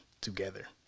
together